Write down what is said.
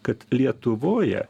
kad lietuvoje